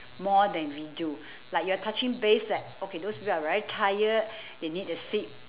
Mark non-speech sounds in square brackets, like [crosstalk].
more than we do [breath] like you're touching base that okay those people are very tired [breath] they need a seat